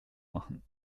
machen